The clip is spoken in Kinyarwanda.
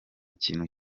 kintu